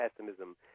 pessimism